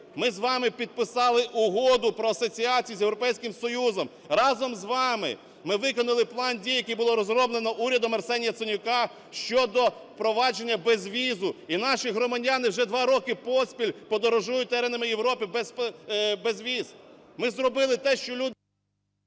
ми з вами підписали Угоду про асоціацію з Європейським Союзом, разом з вами ми виконали план дій, який було розроблено урядом Арсенія Яценюка щодо впровадження безвізу, і наші громадяни вже два роки поспіль подорожують теренами Європи без віз. Ми зробили те, що…